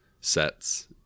sets